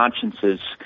consciences